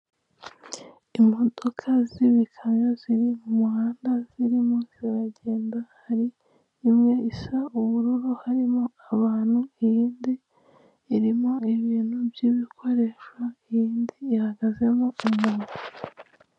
Imodoka z'ibikamyo ziri mu muhanda zirimo ziragenda, hari imwe isa ubururu harimo abantu, iyindi irimo ibintu by'ibikoresho, iyindi ihagazemo umuntu.